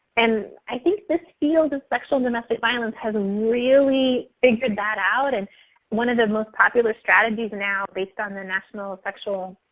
and i think this field of sexual and domestic violence has really figured that out and one of the most popular strategies now based on the national sexual